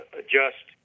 adjust